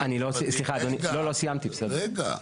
אני לא --- רגע, רגע.